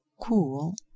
cool